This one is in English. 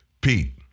Pete